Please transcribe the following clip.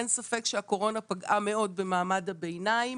אין ספק שהקורונה פגעה מאוד במעמד הביניים